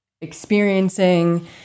experiencing